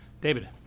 David